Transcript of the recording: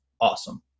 awesome